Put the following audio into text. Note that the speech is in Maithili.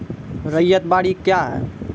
रैयत बाड़ी क्या हैं?